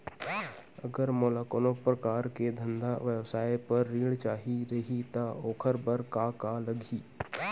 अगर मोला कोनो प्रकार के धंधा व्यवसाय पर ऋण चाही रहि त ओखर बर का का लगही?